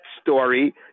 story